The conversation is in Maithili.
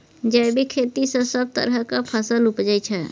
जैबिक खेती सँ सब तरहक फसल उपजै छै